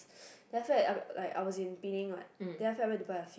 then after that like I was in Penang what then after that I went to buy a few